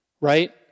Right